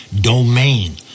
domain